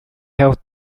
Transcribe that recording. held